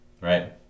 right